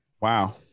wow